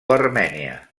armènia